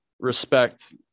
respect